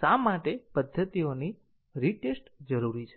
શા માટે પદ્ધતિઓની રીટેસ્ટ જરૂરી છે